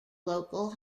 local